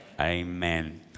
Amen